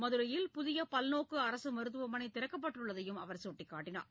மதுரையில் புதிய பல்நோக்கு அரசு மருத்துவமனை திறக்கப்பட்டுள்ளதையும் அவர் சுட்டிக்காட்டினார்